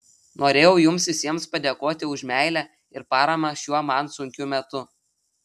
norėjau jums visiems padėkoti už meilę ir paramą šiuo man sunkiu metu